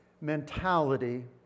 mentality